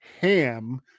ham